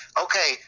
Okay